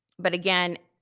but again,